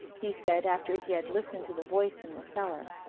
he said, after he had listened to the voice in the cellar.